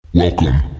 welcome